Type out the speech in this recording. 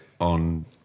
on